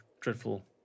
dreadful